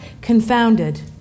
confounded